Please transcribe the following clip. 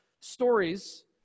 stories